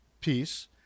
piece